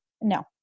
No